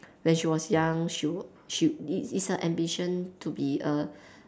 when she was young she wa~ she it it's her ambition to be a